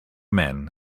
men